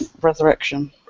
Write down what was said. Resurrection